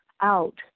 out